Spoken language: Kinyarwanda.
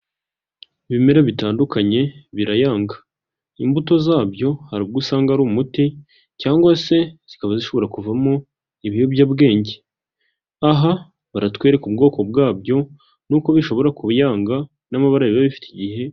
Ibimera bitandukanye birayanga. Imbuto zabyo hari ubwo usanga ari umuti cyangwa se zikaba zishobora kuvamo ibiyobyabwenge. Aha baratwereka ubwoko bwabyo n'uko bishobora kuyanga n'amabara biba bifite igihe...